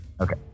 Okay